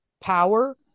power